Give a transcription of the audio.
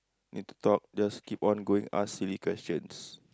need to talk just keep on going ask silly questions